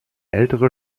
ältere